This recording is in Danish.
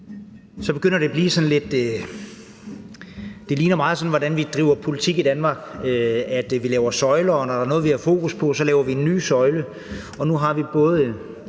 begynder det sådan meget at ligne, hvordan vi driver politik i Danmark: Vi laver søjler, og når der er noget, vi har fokus på, så laver vi en ny søjle. Og nu har vi –